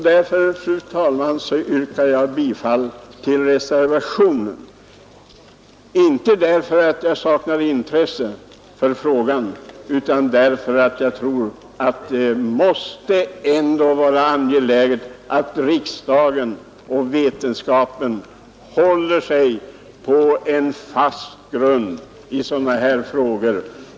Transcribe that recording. Därför, fru talman, yrkar jag bifall till reservationen — inte därför att jag saknar intresse för frågan, utan därför att det är angeläget att riksdagen och vetenskapen håller sig på en fast grund i sådana här frågor.